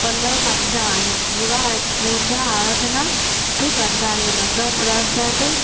पलउ पाईंदा आहियूं पूरा पूजा आराधना बि कंदा आहियूं लंगर प्रसाद